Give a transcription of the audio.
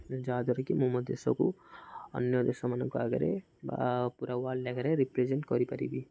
ଯାହାଦ୍ୱାରା କି ମୁଁ ମୋ ଦେଶକୁ ଅନ୍ୟ ଦେଶମାନଙ୍କ ଆଗରେ ବା ପୁରା ୱାଲ୍ଡ ଆଗରେ ରିପ୍ରେଜେଣ୍ଟ କରିପାରିବି